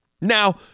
Now